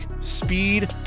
speed